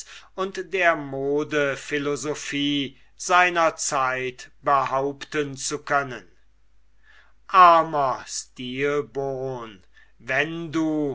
und der modephilosophie seiner zeit behaupten zu können armer stilbon wenn du